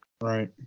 Right